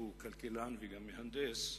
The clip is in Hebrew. שהוא כלכלן וגם מהנדס,